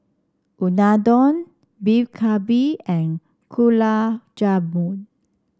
Unadon Beef Galbi and Gulab Jamun